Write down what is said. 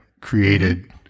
created